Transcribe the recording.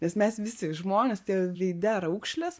nes mes visi žmonės tie veide raukšlės